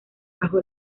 bajo